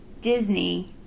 Disney